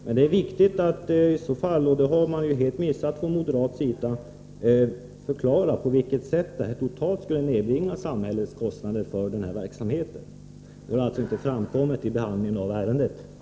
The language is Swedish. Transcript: Men det är viktigt att i så fall — det har man helt missat från moderat sida — förklara på vilket sätt det här totalt skulle nedbringa samhällets kostnader för verksamheten. Detta har alltså inte framkommit vid behandlingen av ärendet i utskottet.